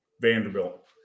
vanderbilt